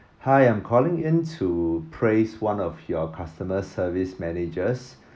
hi I'm calling in to praise one of your customer service managers